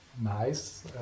nice